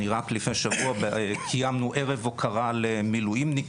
אני רק לפני שבוע קיימנו ערב הוקרה למילואימניקים,